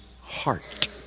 heart